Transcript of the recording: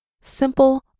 simple